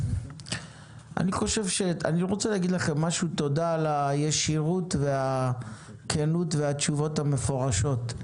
אני רוצה להגיד לכם תודה על הישירות והכנות והתשובות המפורשות.